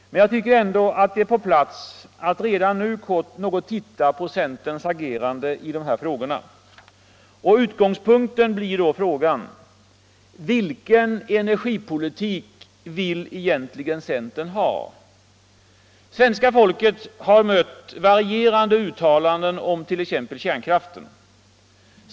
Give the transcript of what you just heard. Men jag tycker ändå det är på plats att redan nu kort titta på centerns agerande i de här frågorna. Utgångspunkten blir då frågan: Vilken energipolitik vill egentligen centern ha? Svenska folket har mött varierande uttalanden om t.ex. kärnkraften.